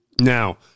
Now